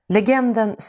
Legenden